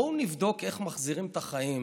בואו נבדוק איך מחזירים את החיים.